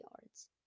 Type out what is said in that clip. yards